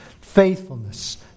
Faithfulness